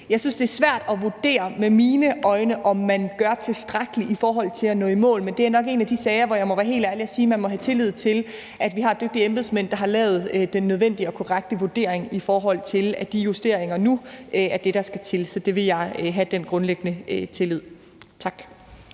Jeg synes, det er svært at vurdere med mine øjne, om man gør tilstrækkeligt for at nå i mål. Men det er nok en af de sager, hvor jeg må være helt ærlig og sige, at man må have tillid til, at vi har dygtige embedsmænd, der har lavet den nødvendige og korrekte vurdering af, at de justeringer nu er det, der skal til. Så jeg vil have den grundlæggende tillid. Tak.